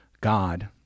God